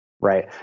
right